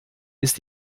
ist